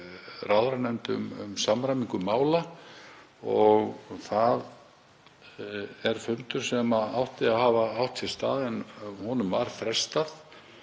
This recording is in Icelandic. ráðherranefnd um samræmingu mála. Það er fundur sem átti að hafa átt sér stað en honum var frestað